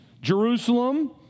Jerusalem